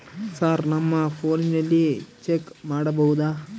Sir ನಮ್ಮ ಫೋನಿನಲ್ಲಿ check ಮಾಡಬಹುದಾ?